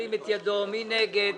מי נגד?